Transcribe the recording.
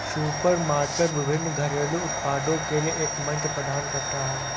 supermarket विभिन्न घरेलू उत्पादों के लिए एक मंच प्रदान करता है